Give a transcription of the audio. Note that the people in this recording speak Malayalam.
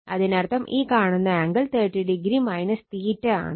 അതിനർത്ഥം ഈ കാണുന്ന ആംഗിൾ 30 o ആണ്